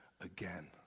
again